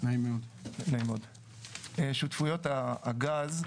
שותפויות הגז,